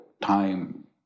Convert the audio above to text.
time